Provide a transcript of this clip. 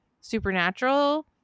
Supernatural